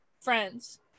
Friends